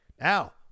Now